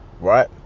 Right